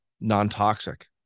non-toxic